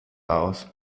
aus